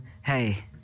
hey